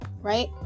right